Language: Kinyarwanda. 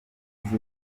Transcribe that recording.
imaze